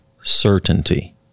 certainty